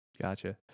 Gotcha